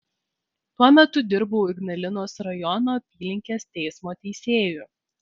tuo metu dirbau ignalinos rajono apylinkės teismo teisėju